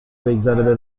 بگذره